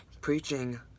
preaching